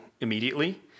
immediately